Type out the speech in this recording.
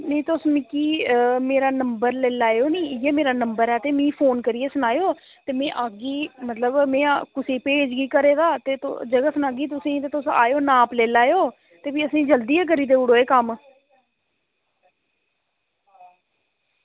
नेईं तुस मिगी मेरा नंबर लेई लैयो नी एह् मेरा नंबर ऐ ते मिगी फोन करियै सनायो ते में आह्गी मतलब में कुसै गी भेजगी घरै दा ते तुस आई जायो ते नाप लेई लैयो ते फिर असेंगी जल्दी गै करी देई ओड़ेओ एह् कम्म